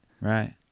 Right